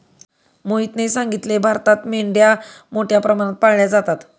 मोहितने सांगितले, भारतात मेंढ्या मोठ्या प्रमाणात पाळल्या जातात